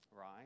right